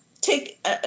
Take